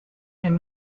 and